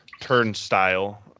turnstile